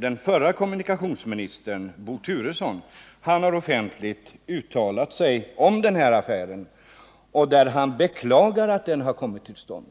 Den förre kommunikationsministern Bo Turesson har offentligt uttalat sig om denna affär och beklagat att den har kommit till stånd.